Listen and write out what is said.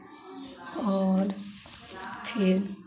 और फिर